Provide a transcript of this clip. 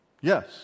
Yes